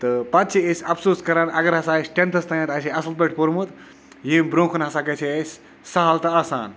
تہٕ پَتہٕ چھِ أسۍ اَفسوٗس کَران اَگر ہَسا اَسہِ ٹٮ۪نتھَس تامَتھ آسہِ ہے اَصٕل پٲٹھۍ پوٚرمُت ییٚمہِ برٛونٛہہ کُن ہَسا گژھ ہے اَسہِ سہل تہٕ آسان